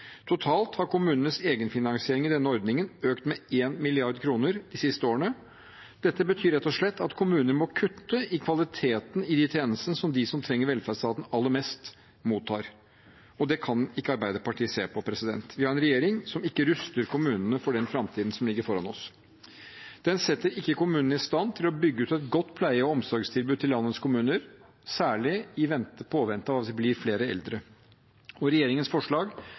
Totalt har kommunenes egenfinansiering i denne ordningen økt med 1 mrd. kr de siste årene. Dette betyr rett og slett at kommuner må kutte i kvaliteten i de tjenestene som de som trenger velferdsstaten aller mest, mottar. Det kan ikke Arbeiderpartiet se på. Vi har en regjering som ikke ruster kommunene for den framtiden som ligger foran oss. Den setter ikke kommunene i stand til å bygge ut et godt pleie- og omsorgstilbud til landets kommuner – særlig i påvente av at det blir flere eldre. Regjeringens forslag